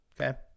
Okay